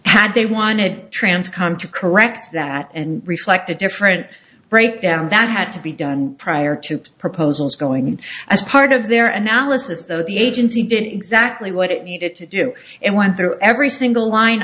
had they wanted trance come to correct that and reflect a different breakdown that had to be done prior to proposals going in as part of their and alice's though the agency did exactly what it needed to do and went through every single line